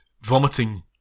vomiting